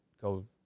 go